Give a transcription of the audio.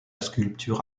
sculpture